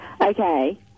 Okay